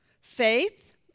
Faith